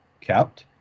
kept